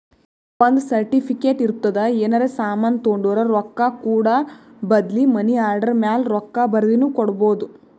ಒಂದ್ ಸರ್ಟಿಫಿಕೇಟ್ ಇರ್ತುದ್ ಏನರೇ ಸಾಮಾನ್ ತೊಂಡುರ ರೊಕ್ಕಾ ಕೂಡ ಬದ್ಲಿ ಮನಿ ಆರ್ಡರ್ ಮ್ಯಾಲ ರೊಕ್ಕಾ ಬರ್ದಿನು ಕೊಡ್ಬೋದು